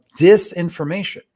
disinformation